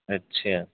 اچھا